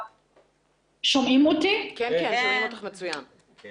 בשמה של חברת הכנסת עאידה תומא